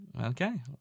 Okay